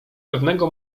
pewnego